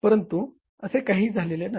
परंतु असे काहीही झाले नाही